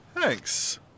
Thanks